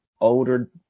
older